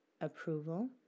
approval